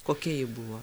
kokia ji buvo